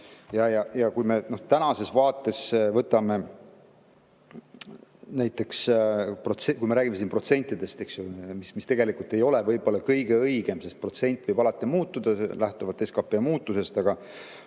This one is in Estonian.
Kui me tänases vaates näiteks räägime siin protsentidest, mis tegelikult ei ole võib-olla kõige õigem, sest protsent võib alati muutuda, lähtuvalt SKP muutusest,